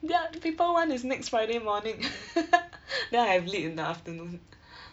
ya paper one is next friday morning then I have lit in the afternoon